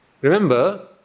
remember